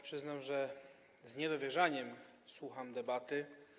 Przyznam, że z niedowierzaniem słucham debaty.